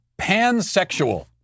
pansexual